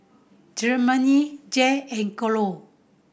Germaine Jay and Carole